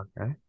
Okay